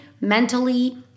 mentally